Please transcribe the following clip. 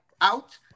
out